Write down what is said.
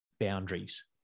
boundaries